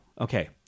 Okay